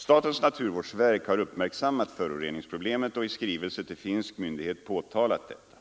Statens naturvårdsverk har uppmärksammat föroreningsproblemet och i skrivelse till finsk myndighet påtalat detta.